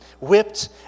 whipped